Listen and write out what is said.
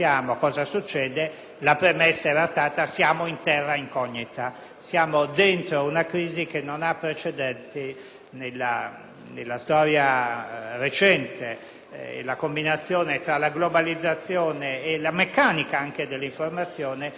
Siamo dentro una crisi che non ha precedenti nella storia recente. La combinazione tra la globalizzazione e la meccanica anche dell'informazione sono due novità assolute rispetto alle crisi precedenti.